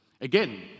Again